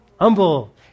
humble